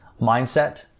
mindset